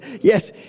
Yes